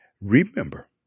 Remember